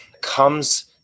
comes